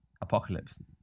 apocalypse